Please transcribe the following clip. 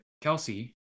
kelsey